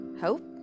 Hope